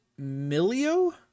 milio